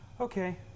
Okay